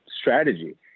strategy